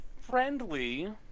friendly